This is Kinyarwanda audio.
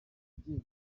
ujye